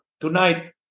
tonight